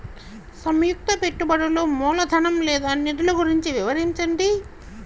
సంయుక్త పెట్టుబడులు మూలధనం లేదా నిధులు గురించి వివరించండి?